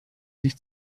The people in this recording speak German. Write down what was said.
sich